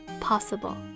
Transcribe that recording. possible